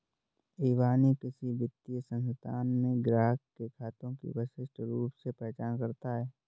इबानी किसी वित्तीय संस्थान में ग्राहक के खाते की विशिष्ट रूप से पहचान करता है